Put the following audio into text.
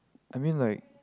I mean like